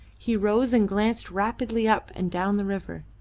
he rose and glanced rapidly up and down the river.